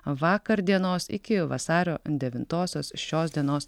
vakar dienos iki vasario devintosios šios dienos